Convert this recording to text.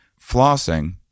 flossing